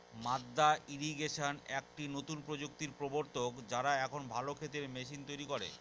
মাদ্দা ইরিগেশন একটি নতুন প্রযুক্তির প্রবর্তক, যারা এখন ভালো ক্ষেতের মেশিন তৈরী করে